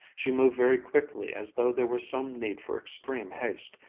she moved very quickly as though there were some need for extreme haste,